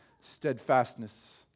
steadfastness